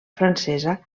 francesa